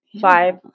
five